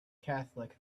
catholic